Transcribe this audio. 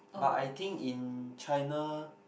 but I think in China